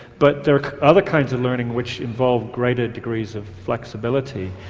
but there are other kinds of learning which involve greater degrees of flexibility.